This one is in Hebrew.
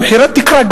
וגם מחירי תקרה.